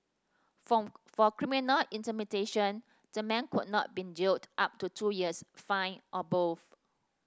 for for criminal intimidation the man could not been jailed up to two years fined or both